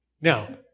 Now